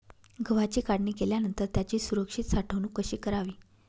गव्हाची काढणी केल्यानंतर त्याची सुरक्षित साठवणूक कशी करावी?